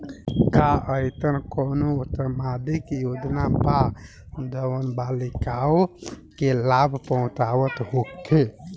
का एइसन कौनो सामाजिक योजना बा जउन बालिकाओं के लाभ पहुँचावत होखे?